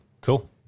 cool